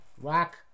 rock